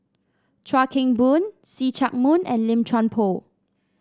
Chuan Keng Boon See Chak Mun and Lim Chuan Poh